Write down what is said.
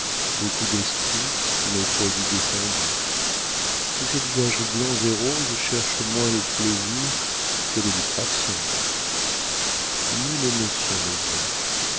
beaucoup d'esprit mais prodigué sans but tous ces visages blancs et roses cherchent moins le plaisir que des distractions nulle émotion n'est vraie